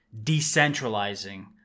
decentralizing